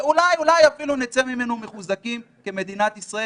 ואולי אולי אפילו נצא ממנו מחוזקים כמדינת ישראל.